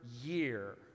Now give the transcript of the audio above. year